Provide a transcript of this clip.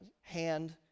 hand